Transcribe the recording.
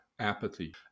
Apathy